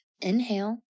inhale